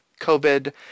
covid